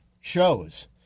shows